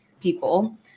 people